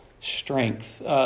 strength